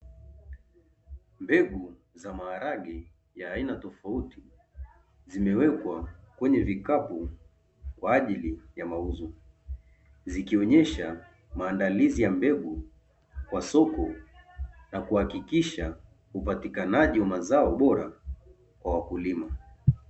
Mbegu za maharage ya aina tofauti zimewekwa kwenye vikapu, kwa ajili ya mauzo, zikionyesha maandalizi ya mbegu kwa soko, na kuhakikisha upatikanaji wa mazao bora kwa wakulima.